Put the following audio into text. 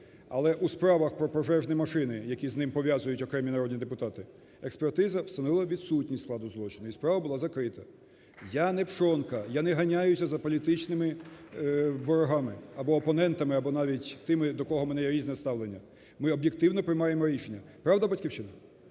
але у справах про пожежні машини, які з ним пов'язують окремі народні депутати, експертиза встановила відсутність складу злочину і справа була закрита. Я не Пшонка, я не ганяюся за політичними ворогами або опонентам, або навіть тими, до кого у мене різне ставлення. Ми об'єктивно приймаємо рішення, правда "Батьківщина"?